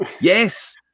Yes